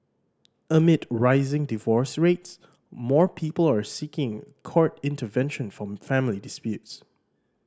amid rising divorce rates more people are seeking court intervention from family disputes